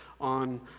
on